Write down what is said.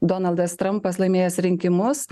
donaldas trampas laimėjęs rinkimus